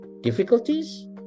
difficulties